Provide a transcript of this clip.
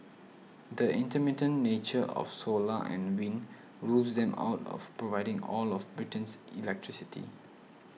the intermittent nature of solar and wind rules them out of providing all of Britain's electricity